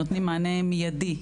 שנותנים מענה מיידי,